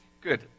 good